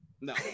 no